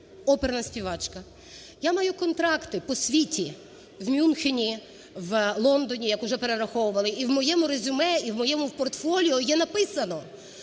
оперна співачка. Я маю контракти по світу: в Мюнхені, в Лондоні, як уже перераховували. І в моєму резюме, і в моєму портфоліо є написано,